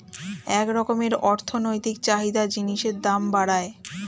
এক রকমের অর্থনৈতিক চাহিদা জিনিসের দাম বাড়ায়